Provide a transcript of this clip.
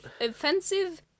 offensive